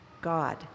God